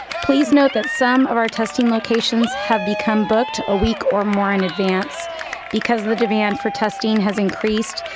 please note that some of our testing locations have become booked a week or more in advance because the demand for testing has increased.